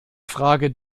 frage